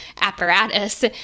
apparatus